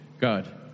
God